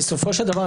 בסופו של דבר,